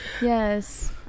Yes